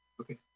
Okay